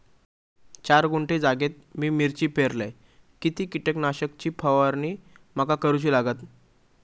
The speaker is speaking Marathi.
चार गुंठे जागेत मी मिरची पेरलय किती कीटक नाशक ची फवारणी माका करूची लागात?